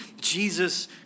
Jesus